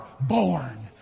born